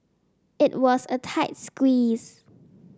it was a tight squeeze